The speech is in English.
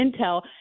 Intel